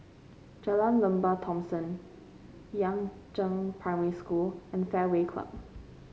Jalan Lembah Thomson Yangzheng Primary School and Fairway Club